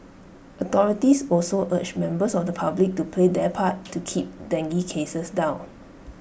authorities also urged members of the public to play their part to keep dengue cases down